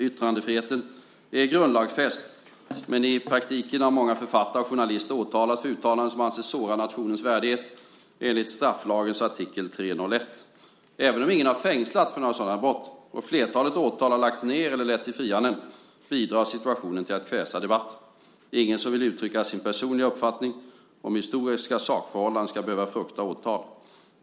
Yttrandefriheten är grundlagsfäst men i praktiken har många författare och journalister åtalats för uttalanden som ansetts såra nationens värdighet, enligt strafflagens artikel 301. Även om ingen har fängslats för några sådana brott, och flertalet åtal har lagts ned eller lett till frianden, bidrar situationen till att kväsa debatten. Ingen som vill uttrycka sin personliga uppfattning om historiska sakförhållanden ska behöva frukta åtal.